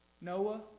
Noah